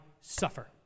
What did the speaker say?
suffer